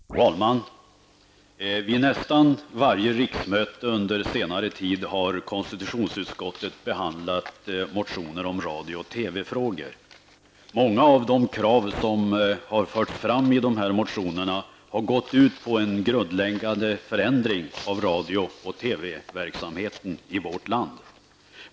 Fru talman! Vid nästan varje riksmöte under senare tid har konstitutionsutskottet behandlat motioner om radio och TV-frågor. Många av de krav som har förts fram i dessa motioner har gått ut på en grundläggande förändring av radio och TV verksamheten i vårt land.